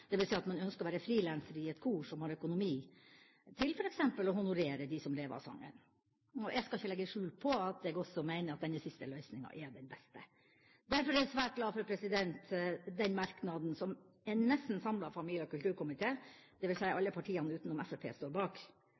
dvs. at man ønsker å være frilansere i et kor som har økonomi til f.eks. å honorere dem som lever av sangen. Jeg skal ikke legge skjul på at jeg også mener at denne siste løsninga er den beste. Derfor er jeg svært glad for den merknaden som en nesten samlet familie- og kulturkomité, dvs. alle partiene utenom Fremskrittspartiet, står bak: